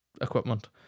Equipment